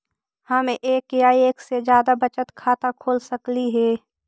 हम एक या एक से जादा बचत खाता खोल सकली हे?